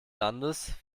landes